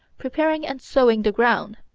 preparing and sowing the ground,